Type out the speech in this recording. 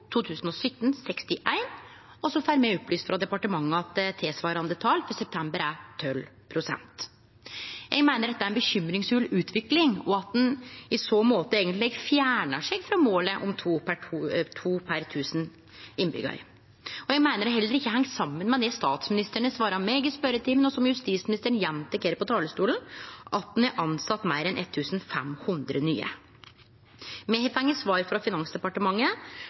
2017 fekk 61 pst. det, og så får me opplyst frå departementet at tilsvarande tal for september er 12 pst. Eg meiner dette er ei urovekkjande utvikling, og at ein i så måte eigentleg fjernar seg frå målet om to politi per 1 000 innbyggjarar. Eg meiner det heller ikkje heng saman med det som statsministeren har svart meg i spørjetimen, og som justisministeren gjentok her frå talarstolen, at ein har tilsett meir enn 1 500 nye. Me har fått svar frå Finansdepartementet